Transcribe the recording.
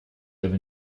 libh